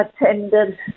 attended